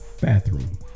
Bathroom